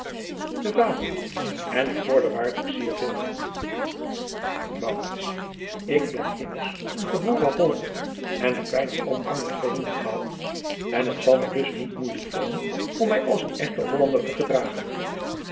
de vader en ik vorder waarlijk zeer veel van u maurits ik ben immers een geboren hollander en heb weinig omgang met vreemden gehad het zal mij dus niet moeijelijk vallen om mij als een echte hollander te gedragen